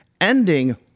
ending